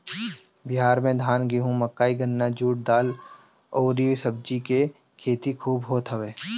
बिहार में धान, गेंहू, मकई, गन्ना, जुट, दाल अउरी सब्जी के खेती खूब होत हवे